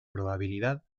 probabilidad